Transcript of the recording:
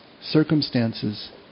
circumstances